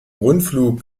rundflug